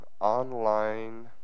online